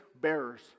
bearers